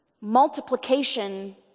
multiplication